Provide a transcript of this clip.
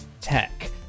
tech